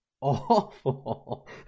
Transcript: awful